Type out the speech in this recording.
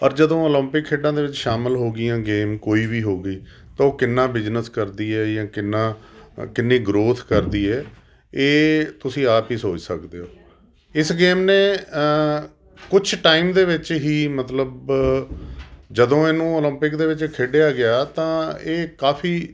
ਔਰ ਜਦੋਂ ਓਲੰਪਿਕ ਖੇਡਾਂ ਦੇ ਵਿੱਚ ਸ਼ਾਮਿਲ ਹੋ ਗਈਆਂ ਗੇਮ ਕੋਈ ਵੀ ਹੋਵੇ ਤਾਂ ਉਹ ਕਿੰਨਾ ਬਿਜ਼ਨਸ ਕਰਦੀ ਹੈ ਜਾਂ ਕਿੰਨਾ ਕਿੰਨੀ ਗਰੋਥ ਕਰਦੀ ਹੈ ਇਹ ਤੁਸੀਂ ਆਪ ਹੀ ਸੋਚ ਸਕਦੇ ਹੋ ਇਸ ਗੇਮ ਨੇ ਕੁਛ ਟਾਈਮ ਦੇ ਵਿੱਚ ਹੀ ਮਤਲਬ ਜਦੋਂ ਇਹਨੂੰ ਓਲੰਪਿਕ ਦੇ ਵਿੱਚ ਖੇਡਿਆ ਗਿਆ ਤਾਂ ਇਹ ਕਾਫੀ